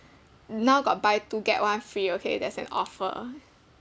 now got buy two get one free okay there's an offer